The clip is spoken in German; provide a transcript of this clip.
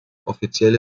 offizielle